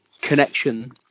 connection